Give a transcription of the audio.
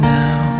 now